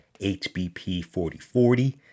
HBP4040